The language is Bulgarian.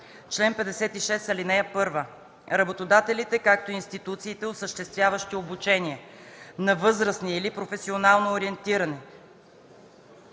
на подпомагане за работодателите и институциите, осъществяващи обучение на възрастни или професионално ориентиране,